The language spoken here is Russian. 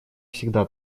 всегда